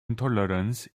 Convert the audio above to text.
intolerance